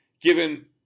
given